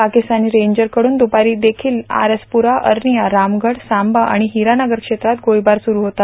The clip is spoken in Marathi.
पाकिस्तानी रेंजर कडून दुपारी देखील आर एस पुरा अर्निया रामगढ सांबा आणि हिरानगर क्षेत्रात गोळीबार सुरू होता